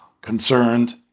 concerned